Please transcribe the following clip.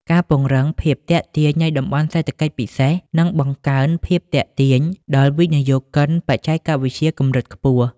ការពង្រឹងភាពទាក់ទាញនៃ តំបន់សេដ្ឋកិច្ចពិសេស នឹងបង្កើនភាពទាក់ទាញដល់វិនិយោគិនបច្ចេកវិទ្យាកម្រិតខ្ពស់។